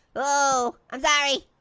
oh, um sorry,